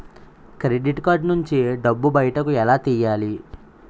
Credit card నుంచి డబ్బు బయటకు ఎలా తెయ్యలి?